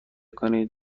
کنید